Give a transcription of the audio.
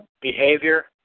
behavior